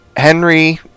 Henry